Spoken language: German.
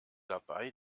dabei